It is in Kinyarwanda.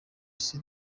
isi